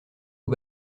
aux